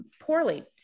poorly